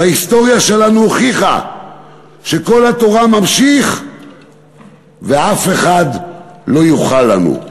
וההיסטוריה שלנו הוכיחה שקול התורה ממשיך ואף אחד לא יוכל לנו.